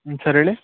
ಹ್ಞೂ ಸರ್ ಹೇಳಿ